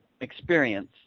experience